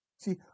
See